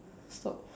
stop